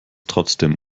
trotzdem